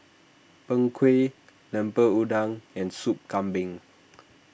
Png Kueh Lemper Udang and Soup Kambing